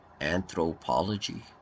Anthropology